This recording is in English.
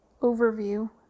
overview